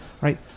Right